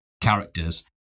characters